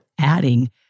adding